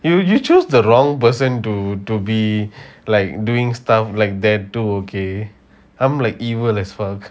you you choose the wrong person to to be like doing stuff like tattoo okay I'm like evil as well